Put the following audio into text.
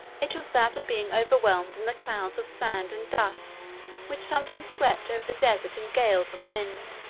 it was that of being overwhelmed in the clouds of sand and dust which sometimes swept over the desert in gales of wind.